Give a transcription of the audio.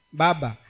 baba